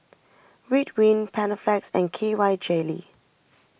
Ridwind Panaflex and K Y Jelly